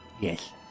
Yes